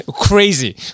crazy